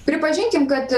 pripažinkim kad